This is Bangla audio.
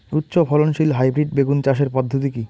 উচ্চ ফলনশীল হাইব্রিড বেগুন চাষের পদ্ধতি কী?